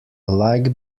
alike